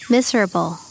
Miserable